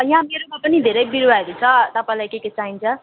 यहाँ मेरोमा पनि धेरै बिरुवाहरू छ तपाईँलाई के के चाहिन्छ